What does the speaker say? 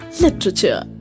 Literature